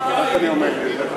השתיקה היא דיבור.